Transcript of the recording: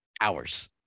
hours